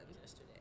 yesterday